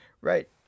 right